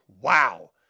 wow